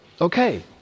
Okay